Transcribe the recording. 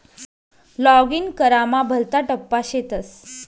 login करामा भलता टप्पा शेतस